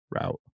route